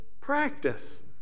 practice